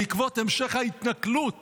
"בעקבות המשך ההתנכלות